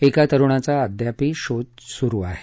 एका तरूणाचा अद्याप शोध सुरू आहे